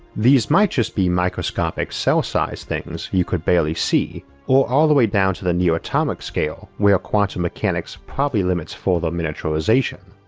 these might just be microscopic cells sized things you could barely see or all the way down to near atomic scale where quantum mechanics probably limits further miniaturization.